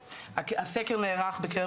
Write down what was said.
הסקר נערך בקרב